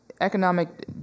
Economic